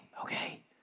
Okay